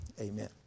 Amen